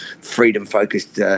freedom-focused